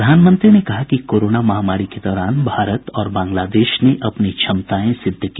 प्रधानमंत्री ने कहा कि कोरोना महामारी के दौरान भारत और बांग्लादेश ने अपनी क्षमताएं सिद्ध की